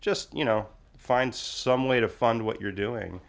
just you know find some way to fund what you're doing